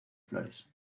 flores